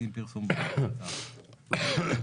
רק